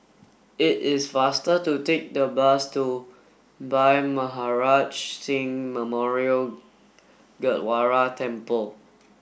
it is faster to take the bus to Bhai Maharaj Singh Memorial Gurdwara Temple